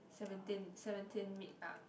seventeen seventeen meet up